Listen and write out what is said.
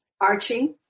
Archie